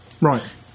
Right